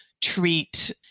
treat